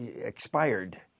expired